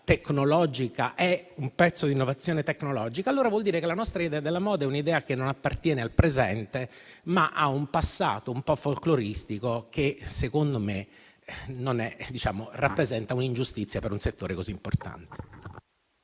tecnologica è un pezzo di innovazione tecnologica, allora vuol dire che la nostra idea della moda non appartiene al presente, ma a un passato un po' folkloristico che, secondo me, rappresenta un'ingiustizia per un settore così importante.